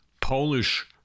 Polish